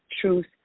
truth